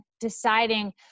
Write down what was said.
deciding